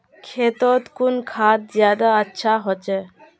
खेतोत कुन खाद ज्यादा अच्छा होचे?